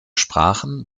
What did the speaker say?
sprachen